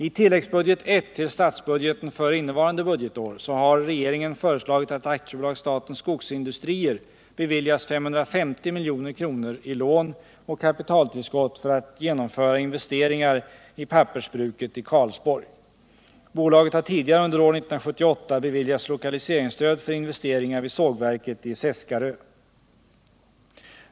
I tilläggsbudget I till statsbudgeten för innevarande budgetår har regeringen föreslagit att AB Statens Skogsindustrier beviljas 550 milj.kr. i lån och kapitaltillskott för att genomföra investeringar i pappersbruket i Karlsborg. Bolaget har tidigare under år 1978 beviljats lokaliseringsstöd för investeringar vid sågverket i Seskarö.